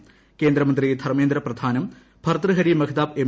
ക്ഷേന്ദ്രമന്ത്രി ധർമ്മേന്ദ്ര പ്രധാനും ഭർതൃഹരി മഹ്താബ് എം